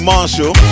Marshall